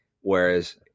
whereas